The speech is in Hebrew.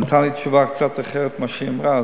והוא נתן לי תשובה קצת אחרת ממה שהיא אמרה,